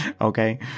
okay